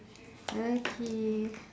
okay